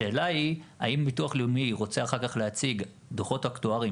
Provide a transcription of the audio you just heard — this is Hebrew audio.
השאלה היא אם ביטוח לאומי רוצה אחר כך להציג דוחות אקטואריים